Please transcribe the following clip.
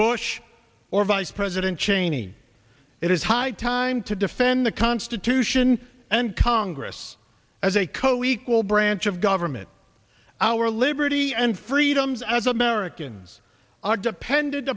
bush or vice president cheney it is high time to defend the constitution and congress as a co equal branch of government our liberty and freedoms as americans are dependent